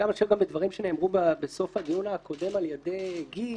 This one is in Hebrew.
ואני חושב שגם בדברים שנאמרו בסוף הדיון הקודם על ידי גיל